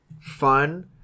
fun